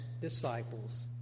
disciples